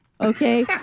Okay